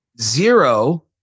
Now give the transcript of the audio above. Zero